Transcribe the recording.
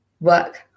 work